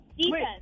Defense